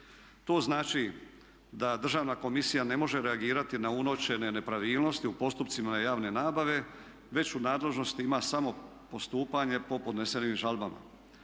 To znači da Državna komisija ne može reagirati na uočene nepravilnosti u postupcima javne nabave već u nadležnosti ima samo postupanje po podnesenim žalbama.